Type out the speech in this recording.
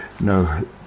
No